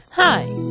Hi